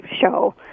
show